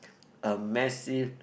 a massive